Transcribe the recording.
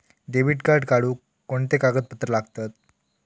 Debit card काढुक कोणते कागदपत्र लागतत?